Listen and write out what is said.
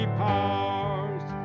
powers